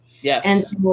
yes